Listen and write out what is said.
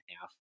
half